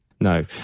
No